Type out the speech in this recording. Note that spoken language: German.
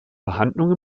behandlung